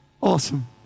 Awesome